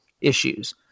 issues